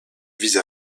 vise